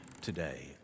today